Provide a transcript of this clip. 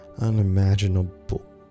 unimaginable